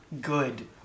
good